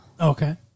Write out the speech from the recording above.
Okay